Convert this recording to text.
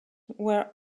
were